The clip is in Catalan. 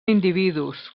individus